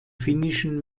finnischen